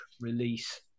release